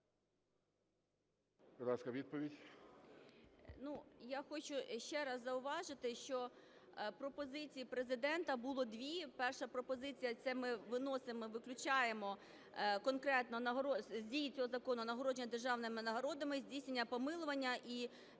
Я хочу ще раз зауважити, що пропозицій Президента було дві. Перша пропозиція - це ми виносимо і виключаємо з дії цього закону нагородження державними нагородами і здійснення помилування, і